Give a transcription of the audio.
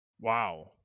wow